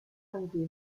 hungry